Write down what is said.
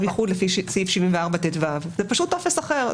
האיחוד לפי סעיף 74טו. זה פשוט טופס אחר,